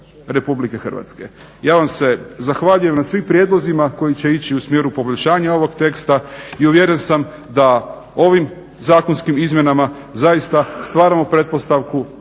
Republike Hrvatske. Ja vam se zahvaljujem na svim prijedlozima koji će ići u smjeru poboljšanja ovog teksta. I uvjeren sam da ovim zakonskim izmjenama zaista stvaramo pretpostavku